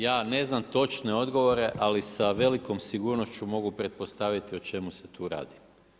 Ja ne znam točne odgovore, ali sa velikom sigurnošću mogu pretpostaviti o čemu se tu radi.